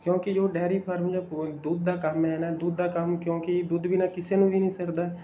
ਕਿਉਂਕਿ ਜੋ dairy farm ਜਾਂ ਦੁੱਧ ਦਾ ਕੰਮ ਹੈ ਨਾ ਦੁੱਧ ਦਾ ਕੰਮ ਕਿਉਂਕਿ ਦੁੱਧ ਬਿਨਾਂ ਕਿਸੇ ਨੂੰ ਵੀ ਨਹੀਂ ਸਰਦਾ